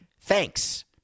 Thanks